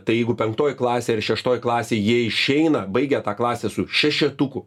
tai jeigu penktoj klasėj ar šeštoj klasėj jie išeina baigę tą klasę su šešetuku